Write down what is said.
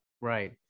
Right